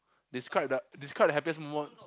describe the describe the happiest moment